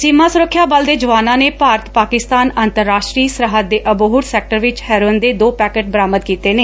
ਸੀਮਾ ਸੁਰੱਖਿਆ ਬਲ ਦੇ ਜਵਾਨਾਂ ਨੇ ਭਾਰਤ ਪਾਕਿਸਤਾਨ ਅੰਤਰਰਾਸ਼ਟਰੀ ਸਰਹੱਦ ਦੇ ਅਬੋਹਰ ਸੈਕਟਰ ਵਿਚ ਹੈਰੋਇਨ ਦੇ ਦੋ ਪੈਕੇਟ ਬਰਾਮਦ ਕੀਤੇ ਨੇ